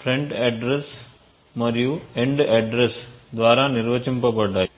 front address మరియు end address ద్వారా నిర్వచించబడ్డాయి